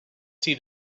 see